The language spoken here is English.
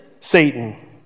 Satan